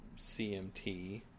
CMT